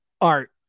art